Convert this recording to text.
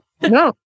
No